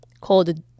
called